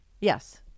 Yes